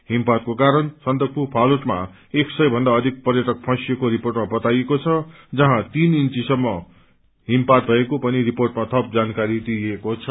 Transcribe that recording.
शीतलहरको कारण सन्दकफू फालूटमा एक सय भन्दा अधिक पर्यटक फँसिएको रिपोअमा बाताइएको द जहाँ तीन ईचीसम्म हिमपात भएको पनि रिपोेआमा थप जानकारी दिइएको छ